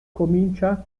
comincia